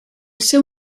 seu